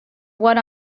what